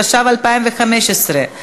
התשע"ו 2016,